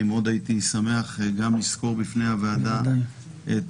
אני מאוד הייתי שמח גם לסקור בפני הוועדה את